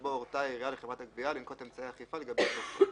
שבו הורתה העירייה לחברת הגבייה לנקוט אמצעי אכיפה לגבי אותו חוב."